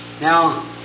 Now